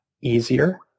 easier